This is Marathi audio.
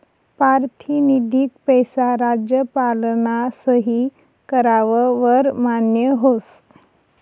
पारतिनिधिक पैसा राज्यपालना सही कराव वर मान्य व्हस